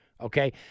Okay